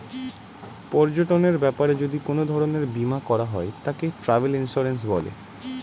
পর্যটনের ব্যাপারে যদি কোন ধরণের বীমা করা হয় তাকে ট্র্যাভেল ইন্সুরেন্স বলে